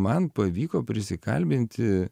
man pavyko prisikalbinti